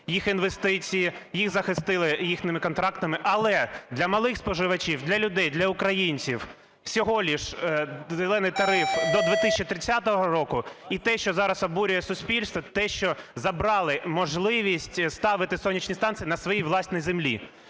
їх інвестиції, їх захистили їхніми контрактами. Але для малих споживачів, для людей, для українців всього лише "зелений" тариф до 2030 року. І те, що зараз обурює суспільство, те, що забрали можливість ставити сонячні станції на своїй власній землі.